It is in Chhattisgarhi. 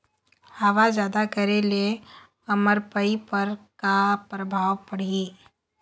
हवा जादा करे ले अरमपपई पर का परभाव पड़िही?